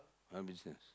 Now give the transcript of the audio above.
my business